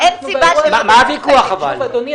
אדוני,